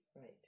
right